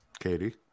katie